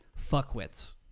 fuckwits